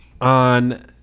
on